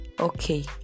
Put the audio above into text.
Okay